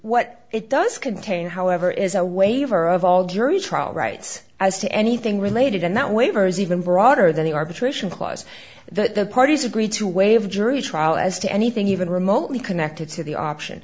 what it does contain however is a waiver of all jury trial rights as to anything related and that waivers even broader than the arbitration clause that the parties agree to waive jury trial as to anything even remotely connected to the option